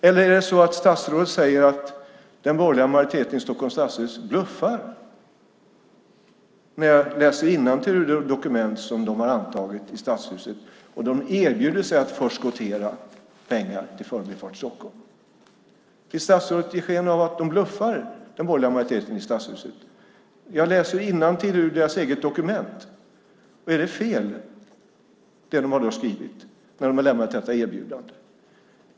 Eller är det så att statsrådet säger att den borgerliga majoriteten i Stockholms stadshus bluffar när jag läser innantill ur det dokument som man har antagit i stadshuset där man erbjuder sig att förskottera pengar till Förbifart Stockholm? Vill statsrådet ge sken av att den borgerliga majoriteten i stadshuset bluffar? Jag läser innantill ur majoritetens eget dokument. Har man skrivit fel när man har lämnat detta erbjudande?